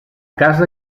casa